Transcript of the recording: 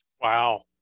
wow